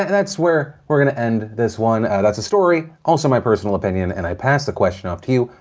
that's where we're gonna end this one, that's a story, also my personal opinion and i pass the question off to you,